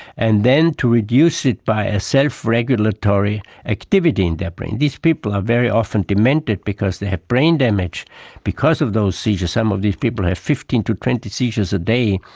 and then to reduce it by a self-regulatory activity in their brain. these people are very often demented because they have brain damage because of those seizures. some of these people have fifteen to twenty seizures a day,